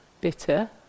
bitter